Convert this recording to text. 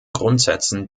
grundsätzen